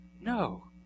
No